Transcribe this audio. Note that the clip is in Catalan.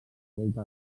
volta